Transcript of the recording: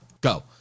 go